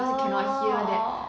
orh